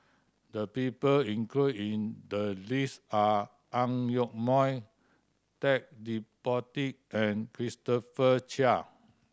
the people include in the list are Ang Yoke Mooi Ted De Ponti and Christopher Chia